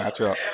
matchup